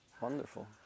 Wonderful